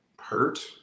hurt